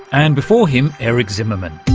and before him eric zimmerman.